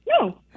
No